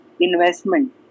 investment